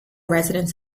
residents